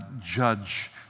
judge